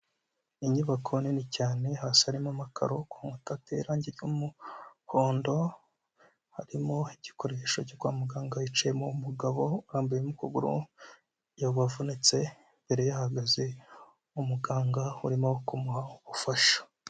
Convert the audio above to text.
Inyubako nini cyane haose harimo amakaro, ku nkuta hateyeho irangi ry'umuhondo, harimo igikoresho cyo kwa muganga hicayemo umugabo urambuyemo ukuguru yavunitse, yari yahagaze umuganga urimo kumuha ubufasha.